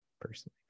personally